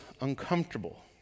uncomfortable